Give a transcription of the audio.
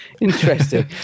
interesting